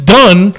done